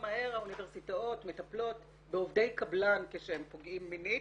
מהר האוניברסיטאות מטפלות בעובדי קבלן כשהם פוגעים מינית,